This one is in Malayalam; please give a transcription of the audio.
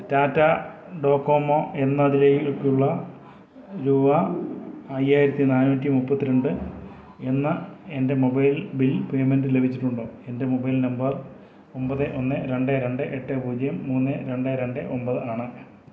ടാറ്റ ഡോകോമോ എന്നതിലേക്കുള്ള രൂപ അയ്യായിരത്തി നാനൂറ്റി മുപ്പത്തി രണ്ട് എന്ന എൻ്റെ മൊബൈൽ ബിൽ പേയ്മെൻറ്റ് ലഭിച്ചിട്ടുണ്ടോ എൻ്റെ മൊബൈൽ നമ്പർ ഒമ്പത് ഒന്ന് രണ്ട് രണ്ട് എട്ട് പൂജ്യം മൂന്ന് രണ്ട് രണ്ട് ഒമ്പത് ആണ്